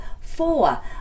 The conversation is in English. four